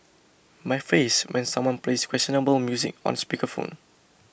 my face when someone plays questionable music on speaker phone